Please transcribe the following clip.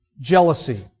jealousy